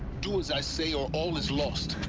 do as i say or all is lost.